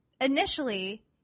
initially